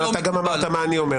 אתה גם אמרת מה אני אומר.